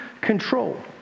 control